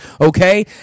Okay